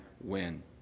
win